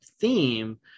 theme